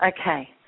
Okay